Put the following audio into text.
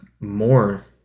more